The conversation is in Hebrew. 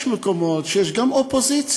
יש מקומות שיש גם אופוזיציה,